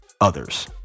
others